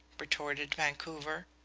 retorted vancouver.